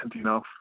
enough